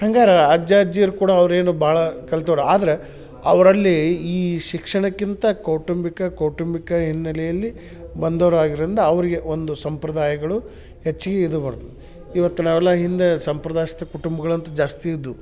ಹಂಗಾರೂ ಅಜ್ಜ ಅಜ್ಜಿಯರು ಕೂಡ ಅವರೇನು ಭಾಳ ಕಲಿತವ್ರೆ ಆದ್ರೆ ಅವರಲ್ಲಿ ಈ ಶಿಕ್ಷಣಕ್ಕಿಂತ ಕೌಟುಂಬಿಕ ಕೌಟುಂಬಿಕ ಹಿನ್ನೆಲೆಯಲ್ಲಿ ಬಂದವ್ರಾಗಿದ್ರಿಂದ ಅವರಿಗೆ ಒಂದು ಸಂಪ್ರದಾಯಗಳು ಹೆಚ್ಗೆ ಇದು ಬರ್ತೆ ಇವತ್ತು ನಾವೆಲ್ಲ ಹಿಂದೆ ಸಂಪ್ರದಾಯಸ್ಥ ಕುಟುಂಬಗಳಂತು ಜಾಸ್ತಿ ಇದ್ದವು